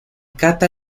cata